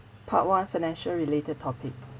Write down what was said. part one financial related topic